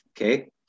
Okay